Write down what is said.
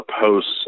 posts